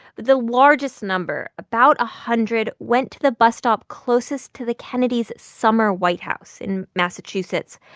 the largest number, about a hundred, went to the bus stop closest to the kennedy's summer white house in massachusetts.